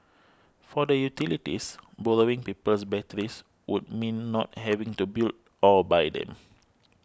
for the utilities borrowing people's batteries would mean not having to build or buy them